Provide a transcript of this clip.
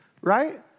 Right